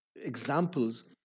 examples